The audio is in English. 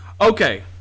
Okay